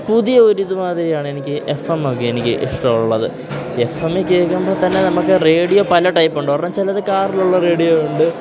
പുതിയ ഒരിതു മാതിരിയാണ് എനിക്ക് എഫ് എം ഒക്കെ എനിക്ക് ഇഷ്ടമുള്ളത് എഫ് എമ്മി കേൾക്കുമ്പോൾ തന്നെ നമുക്ക് റേഡിയോ പല ടൈപ്പുണ്ട് ഒരെണ്ണം ചിലത് കാറിലുള്ള റേഡിയോ ഉണ്ട്